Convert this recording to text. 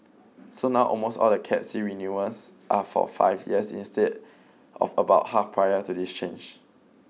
so now almost all the Cat C renewals are for five years instead of about half prior to this change